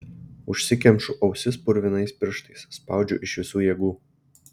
užsikemšu ausis purvinais pirštais spaudžiu iš visų jėgų